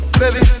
baby